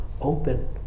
open